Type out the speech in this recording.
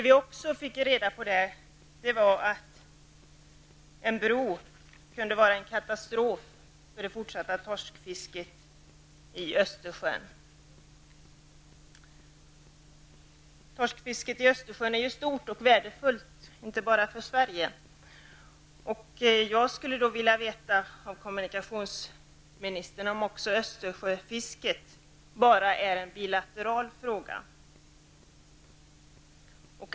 Vi fick också reda på att en bro kunde bli en katastrof för det fortsatta torskfisket i Torskfisket i Östersjön är omfattande och värdefullt, och det gäller inte bara för Sverige. Östersjöfisket enbart är en bilateral fråga?